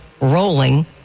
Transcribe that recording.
rolling